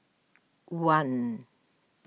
one